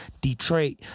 Detroit